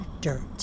dirt